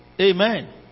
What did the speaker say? Amen